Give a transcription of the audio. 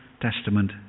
Testament